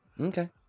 Okay